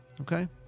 Okay